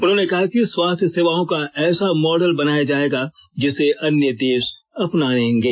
उन्होंने कहा कि स्वास्थ्य सेवाओं का ऐसा मॉडल बनाया जायेगा जिसे अन्य देश अपनाने लगेंगे